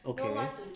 okay